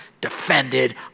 defended